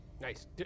Nice